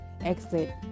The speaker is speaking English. exit